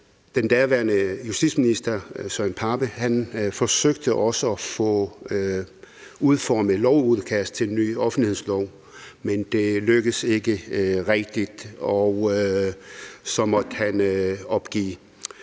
Den daværende justitsminister, Søren Pape Poulsen, forsøgte også at få udformet et lovudkast til en ny offentlighedslov, men det lykkedes ikke rigtig, og så måtte han opgive.